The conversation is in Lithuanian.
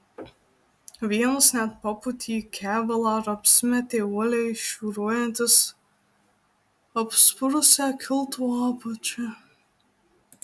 vienas net papūtė į kevalą ir apsimetė uoliai šiūruojantis apspurusia kilto apačia